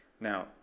Now